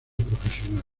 profesional